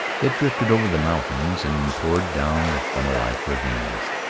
it drifted over the mountains and poured down the funnel-like ravines,